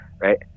right